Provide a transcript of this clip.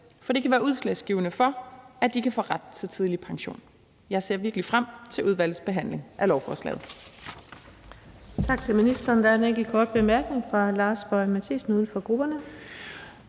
for det kan være udslagsgivende for, at de kan få ret til tidlig pension. Jeg ser virkelig frem til udvalgsbehandlingen af lovforslaget.